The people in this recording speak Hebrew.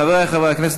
חברי חברי הכנסת,